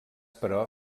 però